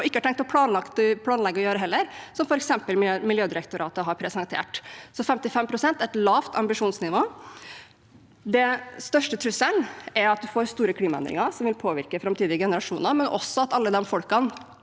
og planlagt å gjøre heller, som det f.eks. Miljødirektoratet har presentert. 55 pst. er et lavt ambisjonsnivå. Den største trusselen er at det gir store klimaendringer som vil påvirke framtidige generasjoner, men også at alle folkene